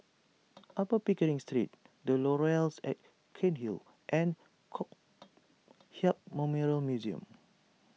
Upper Pickering Street the Laurels at Cairnhill and Kong Hiap Memorial Museum